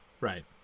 Right